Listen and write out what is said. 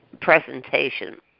presentation